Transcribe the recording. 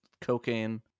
cocaine